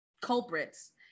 culprits